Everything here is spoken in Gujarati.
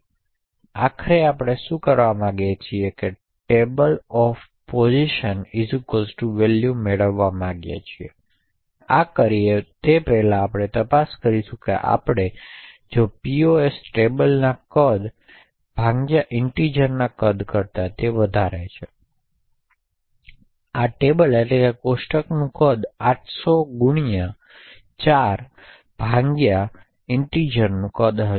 આપણે આખરે શું કરવા માગી છીએ કે tableposval મેડવવા માગી છીયેતેથી આ કરી તે પહેલાં આપણે તપાસ કરી આપણે તપાસો કે જો POS ટેબલ ના કદ integer ના કદ કરતાં વધારે છે તેથી કોષ્ટકનું કદ 800 ગુણ્યા 4 ભાંગ્યા પૂર્ણાંકનું કદ હશે